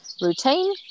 routine